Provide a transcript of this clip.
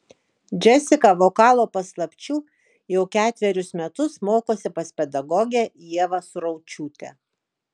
džesika vokalo paslapčių jau ketverius metus mokosi pas pedagogę ievą suraučiūtę